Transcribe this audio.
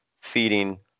feeding